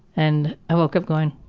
and i woke up going,